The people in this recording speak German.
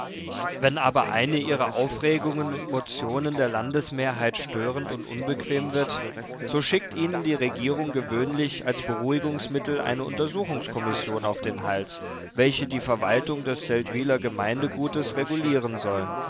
wenn aber eine ihrer aufregungen und motionen der landesmehrheit störend und unbequem wird so schickt ihnen die regierung gewöhnlich als beruhigungsmittel eine untersuchungskommission auf den hals welche die verwaltung des seldwyler gemeindegutes regulieren soll